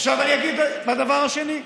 עכשיו אני אגיד את הדבר השני,